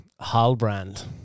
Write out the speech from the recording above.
Halbrand